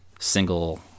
single